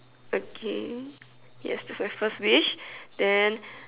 okay yes this is my first wish then